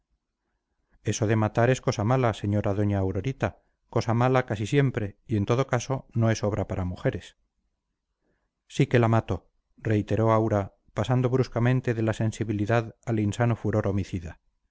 eso de matar es cosa mala señora doña aurorita cosa mala casi siempre y en todo caso no es obra para mujeres sí que la mato reiteró aura pasando bruscamente de la sensibilidad al insano furor homicida